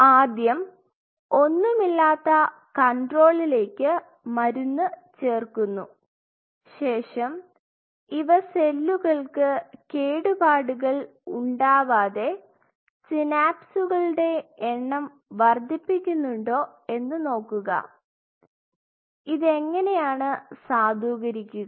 ആദ്യം ഒന്നുമില്ലാത്ത കൺട്രോൾലേക്ക് മരുന്ന് ചേർക്കുന്നു ശേഷം ഇവ സെല്ലുകൾക്ക് കേടുപാടുകൾ ഉണ്ടാവാതെ സിനാപ്സുകളുടെ എണ്ണം വർധിപ്പിക്കുന്നുണ്ടോ എന്ന് നോക്കുക ഇതെങ്ങനെയാണ് സാധൂകരിക്കുക